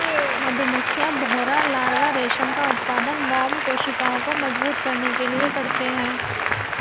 मधुमक्खियां, भौंरा लार्वा रेशम का उत्पादन मोम कोशिकाओं को मजबूत करने के लिए करते हैं